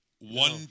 One